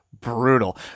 brutal